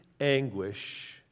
anguish